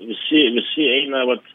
visi visi eina vat